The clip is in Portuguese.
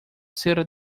serra